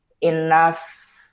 enough